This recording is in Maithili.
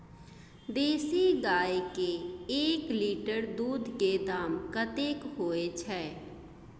देसी गाय के एक लीटर दूध के दाम कतेक होय छै?